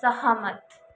सहमत